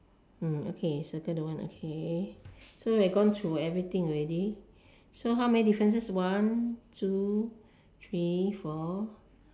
okay circle the one okay so we've gone through everything already so how many differences one two three four